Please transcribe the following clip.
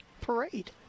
parade